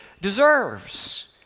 deserves